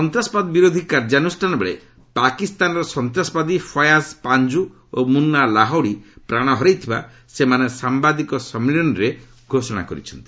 ସନ୍ତାସବାଦୀ ବିରୋଧ କାର୍ଯ୍ୟାନୁଷ୍ଠାନବେଳେ ପାକିସ୍ତାନର ସନ୍ତାସବାଦୀ ଫୟାଜ୍ ପାଞ୍ଜୁ ଓ ମୁନ୍ନା ଲାହୋଡ଼ି ପ୍ରାଣ ହରାଇଥିବା ସେମାନେ ସାମ୍ବାଦିକ ସମ୍ମିଳନୀରେ ଘୋଷଣା କରିଚ୍ଛନ୍ତି